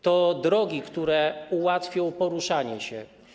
To drogi, które ułatwią poruszanie się.